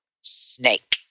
snake